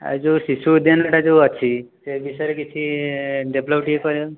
ଆଉ ଯେଉଁ ଶିଶୁ ଉଦ୍ୟାନଟା ଯେଉଁ ଅଛି ସେ ବିଷୟରେ କିଛି ଡେଭଲପ୍ ଟିକେ କର